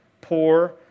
poor